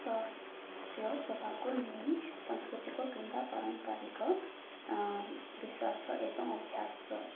ସ୍ୱାସ୍ଥ୍ୟ ସେବାକୁ ନେଇ ସାଂସ୍କୃତିକ କିମ୍ବା ପାରମ୍ପାରିକ ବିଶ୍ୱାସ ଏବଂ ଅଭ୍ୟାସ